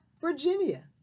Virginia